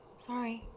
sorry.